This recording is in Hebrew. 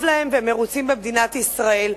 טוב להם והם מרוצים במדינת ישראל.